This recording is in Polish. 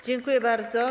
Dziękuję bardzo.